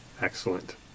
Excellent